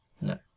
No